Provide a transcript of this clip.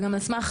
וגם על סמך,